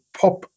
pop